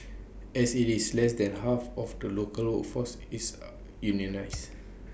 as IT is less than half of the local workforce is unionised